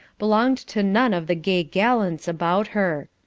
belonged to none of the gay gallants about her.